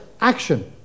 action